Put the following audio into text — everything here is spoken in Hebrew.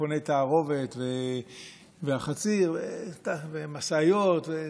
מכוני תערובת והחציר, ומשאיות.